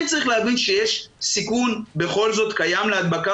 כן צריך להבין שקיים סיכון בכל זאת להדבקה